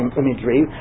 imagery